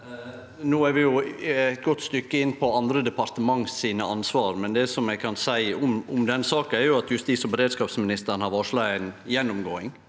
No er vi eit godt stykke inne på andre departement sitt ansvar. Men det eg kan seie om den saka, er at justis- og beredskapsministeren har varsla ein gjennomgang